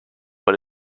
but